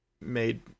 made